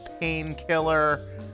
painkiller